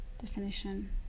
definition